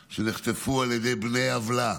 שנחטפו על ידי בני עוולה,